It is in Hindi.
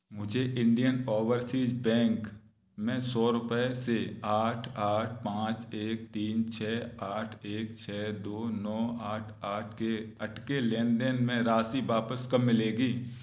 मुझे इंडियन औवरसीज़ बैंक में सौ रुपय से आठ आठ पाँच एक तीन छ आठ एक छ दो नौ आठ आठ के अटके लेन देन में राशि वापस कब मिलेगी